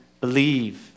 believe